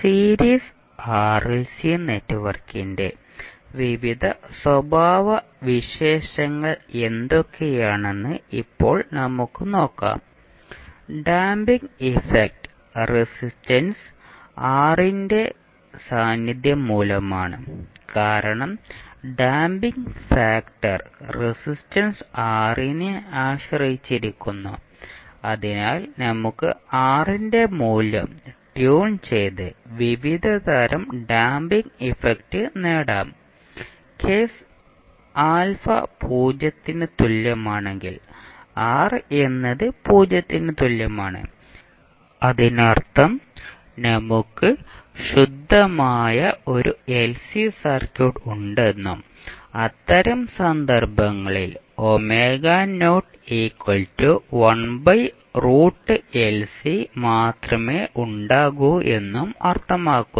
series RLC നെറ്റ്വർക്കിന്റെ വിവിധ സ്വഭാവവിശേഷങ്ങൾ എന്തൊക്കെയാണെന്ന് ഇപ്പോൾ നമുക്ക് നോക്കാംഡാമ്പിംഗ് ഇഫക്റ്റ് റെസിസ്റ്റൻസ് R ന്റെ സാന്നിധ്യം മൂലമാണ് കാരണം ഡാമ്പിംഗ് ഫാക്ടർ റെസിസ്റ്റൻസ് R നെ ആശ്രയിച്ചിരിക്കുന്നു അതിനാൽ നമുക്ക് R ന്റെ മൂല്യം ട്യൂൺ ചെയ്ത് വിവിധതരം ഡാമ്പിംഗ് ഇഫക്റ്റ് നേടാം കേസ് α 0 ന് തുല്യമാണെങ്കിൽ R എന്നത് 0 ന് തുല്യമാണ് അതിനർത്ഥം നമുക്ക് ശുദ്ധമായ ഒരു എൽസി സർക്യൂട്ട് ഉണ്ടെന്നും അത്തരം സന്ദർഭങ്ങളിൽ മാത്രമേ ഉണ്ടാകൂ എന്നും അർത്ഥമാക്കുന്നു